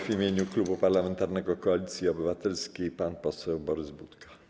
W imieniu Klubu Parlamentarnego Koalicja Obywatelska pan poseł Borys Budka.